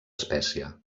espècie